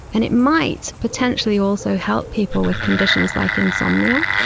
and it might potentially also help people with conditions like insomnia.